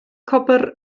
copr